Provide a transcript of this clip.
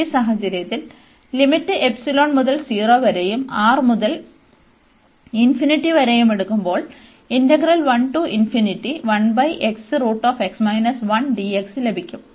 ഈ സാഹചര്യത്തിൽ ലിമിറ്റ് ϵ മുതൽ 0 വരെയും R മുതൽ വരെയും എടുക്കുമ്പോൾ ലഭിക്കും